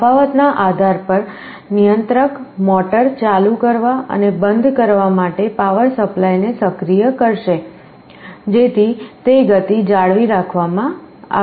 તફાવત ના આધાર પર નિયંત્રક મોટર ચાલુ કરવા અને બંધ કરવા માટે પાવર સપ્લાયને સક્રિય કરશે જેથી તે ગતિ જાળવી રાખવામાં આવે